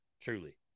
Truly